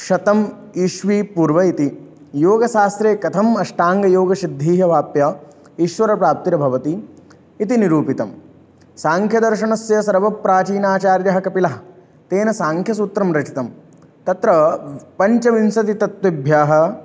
शतम् ईस्वी पूर्वम् इति योगशास्त्रे कथम् अष्टाङ्गयोगसिद्धिः अवाप्य ईश्वरप्राप्तिर्भवति इति निरूपितं साङ्ख्यदर्शनस्य सर्वप्राचीनाचार्यः कपिलः तेन साङ्ख्यसूत्रं रचितं तत्र पञ्चविंशतितत्त्वेभ्यः